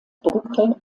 brücke